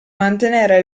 mantenere